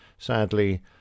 Sadly